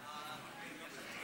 רפואה שלמה.